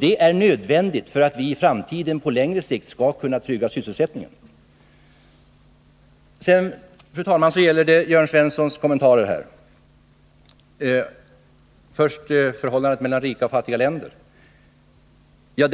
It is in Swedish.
Detta är nödvändigt för att vi i framtiden på längre sikt skall kunna trygga sysselsättningen. Jag vill sedan, fru talman, beröra Jörn Svenssons kommentarer om förhållandet mellan rika och fattiga länder. Jag